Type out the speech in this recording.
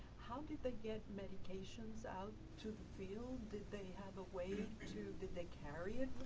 how did they get medications out to the field? did they have a way to, did they carry it